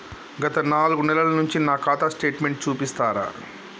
గత నాలుగు నెలల నుంచి నా ఖాతా స్టేట్మెంట్ చూపిస్తరా?